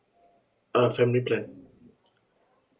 uh family plan